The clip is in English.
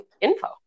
info